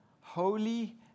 holy